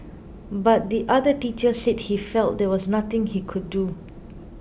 but the other teacher said he felt there was nothing he could do